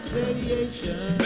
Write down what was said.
radiation